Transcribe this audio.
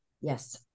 Yes